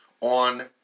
on